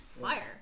Fire